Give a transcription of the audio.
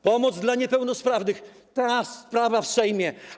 Pomoc dla niepełnosprawnych, ta sprawa w Sejmie.